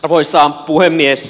arvoisa puhemies